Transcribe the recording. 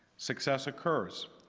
success occurs,